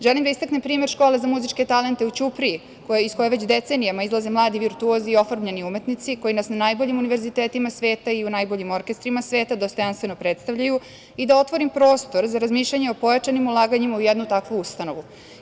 Želim da istaknem primer škole za muzičke talente u Ćupriji, iz koje već decenijama izlaze mladi virtuozi i oformljeni umetnici koji nas na najboljim univerzitetima sveta i u najboljim orkestrima sveta dostojanstveno predstavljaju i da otvorim prostor za razmišljanje o pojačanim ulaganjima u jednu takvu ustanovu.